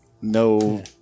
no